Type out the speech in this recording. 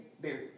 Buried